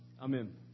Amen